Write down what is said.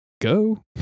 go